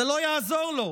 זה לא יעזור לו.